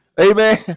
Amen